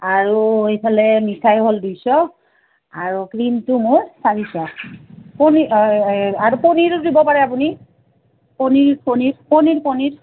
আৰু এইফালে মিঠাই হ'ল দুইশ আৰু ক্ৰীমটো মোৰ চাৰিশ পনীৰ আৰু পনীৰো দিব পাৰে আপুনি পনীৰ পনীৰ পনীৰ পনীৰ